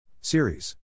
Series